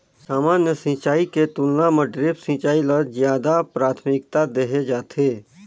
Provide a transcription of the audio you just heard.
सामान्य सिंचाई के तुलना म ड्रिप सिंचाई ल ज्यादा प्राथमिकता देहे जाथे